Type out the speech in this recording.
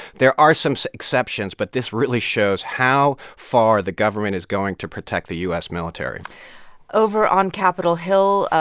there are some so exceptions, but this really shows how far the government is going to protect the u s. military over on capitol hill, ah